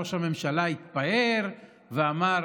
ראש הממשלה התפאר ואמר: